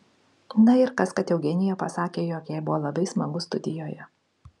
na ir kas kad eugenija pasakė jog jai buvo labai smagu studijoje